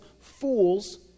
Fools